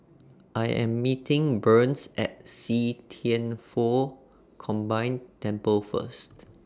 I Am meeting Burns At See Thian Foh Combined Temple First